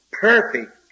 perfect